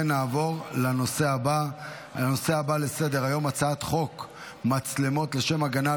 נעבור לנושא הבא בסדר-היום, הצעת חוק התקנת